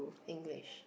English